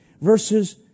verses